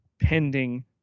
pending